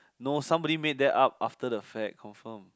no somebody made that up after that fact confirm